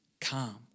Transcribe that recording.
calm